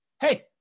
hey